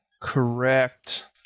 Correct